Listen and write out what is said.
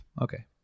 Okay